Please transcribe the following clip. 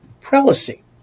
prelacy